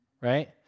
right